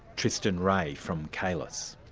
tristan ray, from caylus.